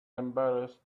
embarrassed